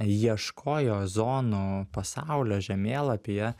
ieškojo zonų pasaulio žemėlapyje